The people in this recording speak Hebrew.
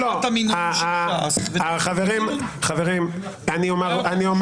אני אומר